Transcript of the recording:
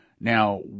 Now